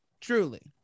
Truly